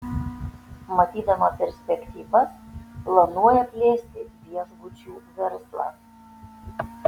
matydama perspektyvas planuoja plėsti viešbučių verslą